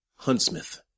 Huntsmith